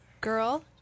girl